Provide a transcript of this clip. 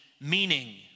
meaning